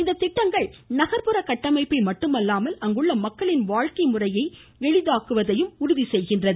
இந்த திட்டங்கள் நகர்புற கட்டமைப்பை மட்டுமல்லாமல் அங்குள்ள மக்களின் வாழ்க்கை முறையை எளிதாக்குவதையும் உறுதி செய்கிறது